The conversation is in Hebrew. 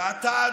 ואתה,